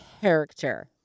character